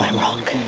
rock